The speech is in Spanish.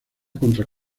contra